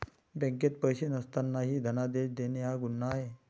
बँकेत पैसे नसतानाही धनादेश देणे हा गुन्हा आहे